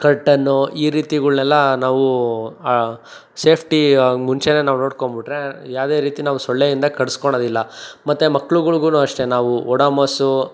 ಕರ್ಟನ್ನು ಈ ರೀತಿಗಳ್ನೆಲ್ಲ ನಾವು ಸೇಫ್ಟಿ ಮುಂಚೆ ನಾವು ನೋಡ್ಕೊಂಡ್ಬಿಟ್ರೆ ಯಾವುದೇ ರೀತಿ ನಾವು ಸೊಳ್ಳೆಯಿಂದ ಕಡಿಸ್ಕೋಳದಿಲ್ಲ ಮತ್ತು ಮಕ್ಳುಗಳ್ಗು ಅಷ್ಟೇ ನಾವು ಒಡಮಸ್ಸು